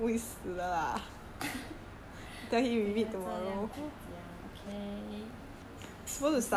不要这样子讲啦 okay 很伤人的耶